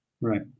Right